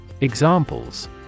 Examples